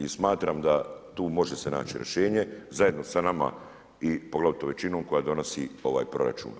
I smatram da tu može se naći rješenje zajedno sa nama i poglavito većinom koja donosi ovaj proračun.